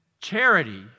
charity